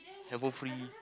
hand phone free